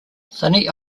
sunny